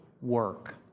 work